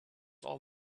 all